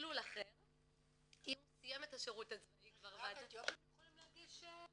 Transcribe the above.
רק אתיופים יכולים להגיש?